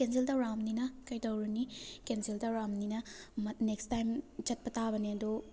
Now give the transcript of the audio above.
cancel ꯇꯧꯔꯛꯑꯕꯅꯤꯅ ꯀꯩꯗꯧꯔꯨꯅꯤ cancel ꯇꯧꯔꯛꯑꯕꯅꯤꯅ ꯅꯦꯛꯁ ꯇꯥꯏꯝ ꯆꯠꯄ ꯇꯥꯕꯅꯤ ꯑꯗꯣ